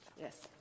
Yes